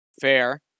Fair